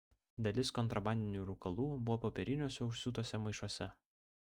dalis kontrabandinių rūkalų buvo popieriniuose užsiūtuose maišuose